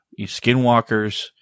skinwalkers